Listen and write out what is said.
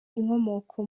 inkomoko